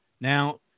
Now